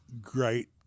great